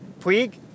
Puig